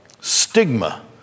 stigma